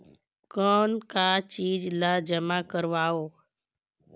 कौन का चीज ला जमा करवाओ?